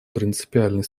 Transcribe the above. принципиальной